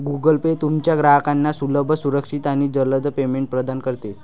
Google Pay तुमच्या ग्राहकांना सुलभ, सुरक्षित आणि जलद पेमेंट प्रदान करते